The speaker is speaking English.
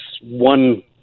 one